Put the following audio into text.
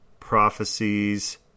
prophecies